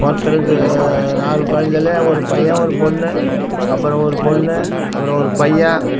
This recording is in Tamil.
ஒருத்தருக்கு நாலு கொழந்தையில்லையா ஒரு பையன் ஒரு பொண்ணு அப்புறம் ஒரு பொண்ணு அப்புறம் ஒரு பையன்